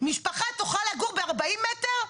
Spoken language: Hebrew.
משפחה תוכל לגור בארבעים מטר?